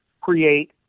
create